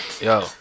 Yo